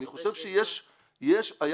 אני חושב שיש החלטה,